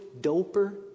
doper